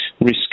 risk